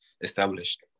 established